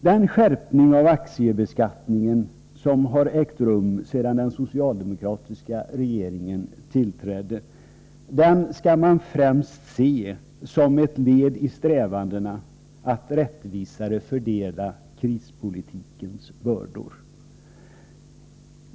Den skärpning av aktiebeskattningen som har ägt rum sedan den socialdemokratiska regeringen tillträdde skall man främst se som ett led i strävandena att rättvisare fördela krispolitikens bördor.